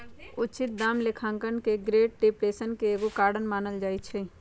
उचित दाम लेखांकन के ग्रेट डिप्रेशन के एगो कारण मानल जाइ छइ